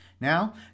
now